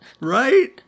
Right